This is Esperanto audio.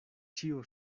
ĉio